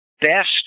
best